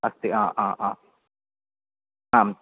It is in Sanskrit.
अस्ति हा हा हा आम्